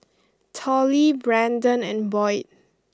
Tollie Braden and Boyd